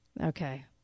Okay